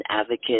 advocate